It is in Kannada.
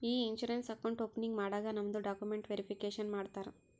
ಇ ಇನ್ಸೂರೆನ್ಸ್ ಅಕೌಂಟ್ ಓಪನಿಂಗ್ ಮಾಡಾಗ್ ನಮ್ದು ಡಾಕ್ಯುಮೆಂಟ್ಸ್ ವೇರಿಫಿಕೇಷನ್ ಮಾಡ್ತಾರ